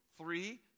three